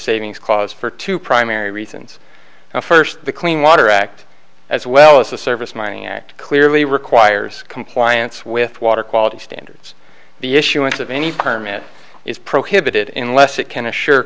savings cause for two primary reasons first the clean water act as well as the surface mining act clearly requires compliance with water quality standards the issuance of any permit is prohibited in less it can assure